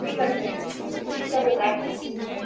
ঠিক আছে চলো রাখছি হুম